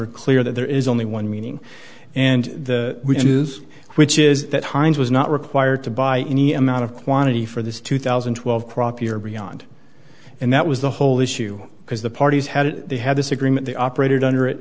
are clear that there is only one meaning and the which is which is that hines was not required to buy any amount of quantity for this two thousand and twelve crop year beyond and that was the whole issue because the parties had it they had this agreement they operated under it